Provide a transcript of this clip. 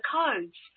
codes